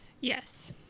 Yes